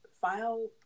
file